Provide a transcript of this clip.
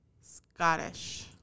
Scottish